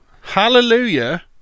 Hallelujah